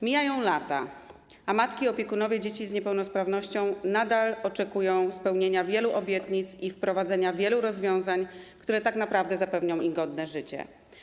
Mijają lata, a matki, opiekunowie dzieci z niepełnosprawnością nadal oczekują spełnienia wielu obietnic i wprowadzenia wielu rozwiązań, które tak naprawdę zapewnią im godne życie.